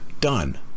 done